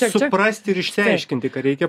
suprast ir išsiaiškinti ką reikia